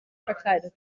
verkleidet